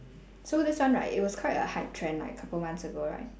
so this one right it was quite a hype trend like a couple months ago right